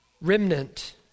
remnant